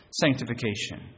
sanctification